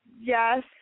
Yes